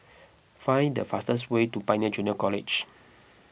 find the fastest way to Pioneer Junior College